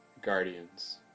guardians